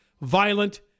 violent